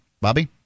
bobby